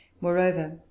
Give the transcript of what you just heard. Moreover